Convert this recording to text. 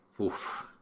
Oof